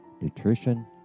nutrition